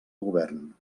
govern